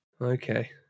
Okay